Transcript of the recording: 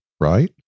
right